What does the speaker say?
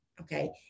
okay